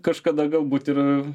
kažkada galbūt ir